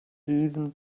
even